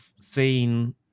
seen